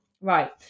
Right